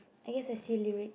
I guess I see lyric